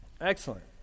Excellent